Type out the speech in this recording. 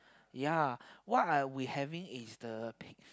ya what I we having is the pig